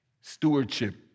Stewardship